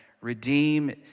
redeem